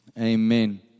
amen